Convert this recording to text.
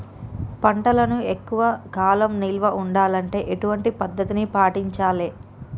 పంటలను ఎక్కువ కాలం నిల్వ ఉండాలంటే ఎటువంటి పద్ధతిని పాటించాలే?